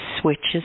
switches